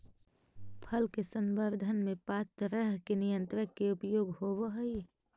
फल के संवर्धन में पाँच तरह के नियंत्रक के उपयोग होवऽ हई